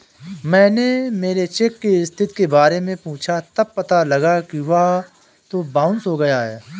मैंने मेरे चेक की स्थिति के बारे में पूछा तब पता लगा कि वह तो बाउंस हो गया है